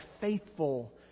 faithful